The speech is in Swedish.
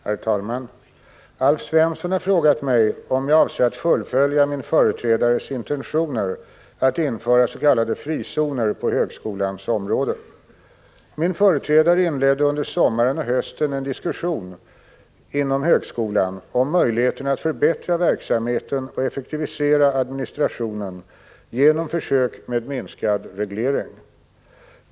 Herr talman! Alf Svensson har frågat mig om jag avser att fullfölja min företrädares intentioner att införa s.k. frizoner på högskolans område. Min företrädare inledde under sommaren och hösten en diskussion inom högskolan om möjligheterna att förbättra verksamheten och effektivisera administrationen genom försök med minskad reglering.